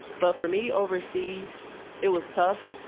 but for me overseas it was tough.